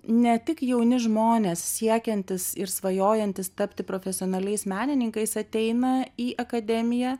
ne tik jauni žmonės siekiantys ir svajojantys tapti profesionaliais menininkais ateina į akademiją